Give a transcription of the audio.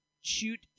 shoot